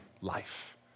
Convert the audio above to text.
life